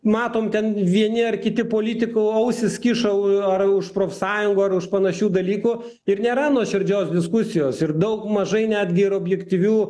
matom ten vieni ar kiti politikų ausys kyšo ar už profsąjungų ar už panašių dalykų ir nėra nuoširdžios diskusijos ir daug mažai netgi ir objektyvių